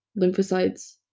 lymphocytes